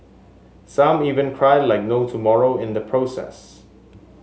some even cried like no tomorrow in the process